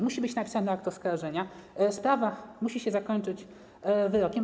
Musi być napisany akt oskarżenia, sprawa musi się zakończyć wyrokiem.